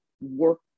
work